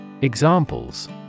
Examples